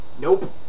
Nope